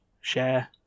share